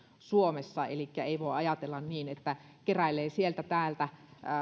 suomessa elikkä ei voi ajatella niin että keräilee sieltä täältä